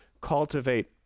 cultivate